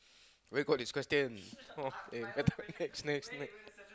where got this question !wah! eh next next next